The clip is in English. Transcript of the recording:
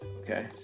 Okay